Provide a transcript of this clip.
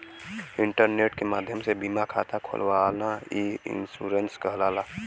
internet के माध्यम से बीमा खाता खोलना ई इन्शुरन्स कहलाला